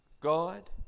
God